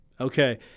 Okay